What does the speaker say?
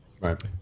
Right